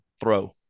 throw